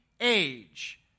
age